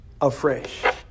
afresh